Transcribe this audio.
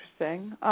interesting